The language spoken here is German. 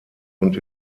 und